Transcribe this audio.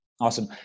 Awesome